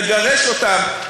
לגרש אותם,